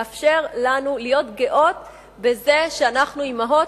לאפשר לנו להיות גאות בזה שאנחנו אמהות,